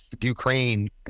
Ukraine